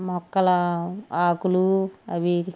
మొక్కల ఆకులు అవి